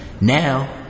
now